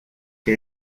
que